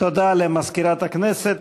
תודה למזכירת הכנסת.